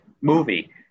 movie